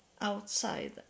outside